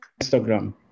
instagram